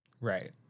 Right